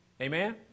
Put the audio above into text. Amen